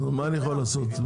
מה אני יכול לעשות?